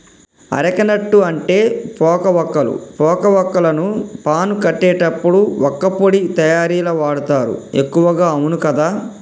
areca nut అంటే పోక వక్కలు, పోక వాక్కులను పాను కట్టేటప్పుడు వక్కపొడి తయారీల వాడుతారు ఎక్కువగా అవును కదా